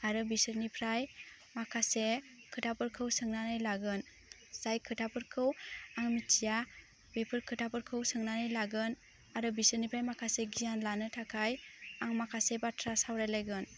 आरो बिसोरनिफ्राय माखासे खोथाफोरखौ सोंनानै लागोन जाय खोथाफोरखौ आं मिथिया बेफोर खोथाफोरखौ सोंनानै लागोन आरो बिसोरनिफ्राय माखासे गियान लानो थाखाय आं माखासे बाथ्रा सावरायलायगोन